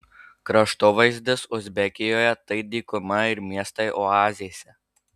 kraštovaizdis uzbekijoje tai dykuma ir miestai oazėse